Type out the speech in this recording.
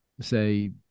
say